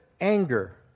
Anger